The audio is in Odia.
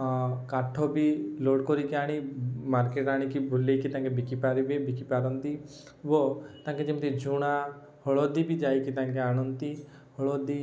ହଁ କାଠ ବି ଲୋଡ଼୍ କରିକି ଆଣି ମାର୍କେଟ୍ ଆଣିକି ବୁଲାଇକି ତାଙ୍କେ ବିକିପାରିବେ ବିକିପାରନ୍ତି ଓ ତାଙ୍କେ ଯେମିତି ଝୁଣା ହଳଦୀ ବି ଯାଇକି ତାଙ୍କେ ଆଣନ୍ତି ହଳଦୀ